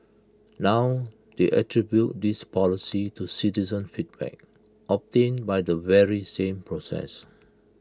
now they attribute this policy to citizen feedback obtained by the very same process